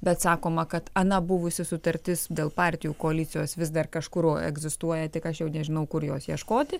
bet sakoma kad ana buvusi sutartis dėl partijų koalicijos vis dar kažkur egzistuoja tik aš jau nežinau kur jos ieškoti